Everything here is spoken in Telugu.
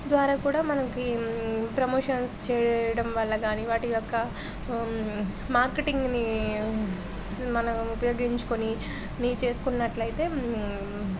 ద్వారా కూడా మనకి ప్రమోషన్స్ చెయ్యడం వల్ల కానీ వాటి యొక్క మార్కెటింగ్ని మనం ఉపయోగించుకుని నీ చేసుకున్నట్లయితే